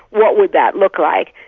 what would that look like?